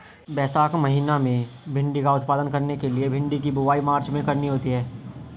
वैशाख महीना में भिण्डी का उत्पादन करने के लिए भिंडी की बुवाई मार्च में करनी होती है